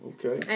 Okay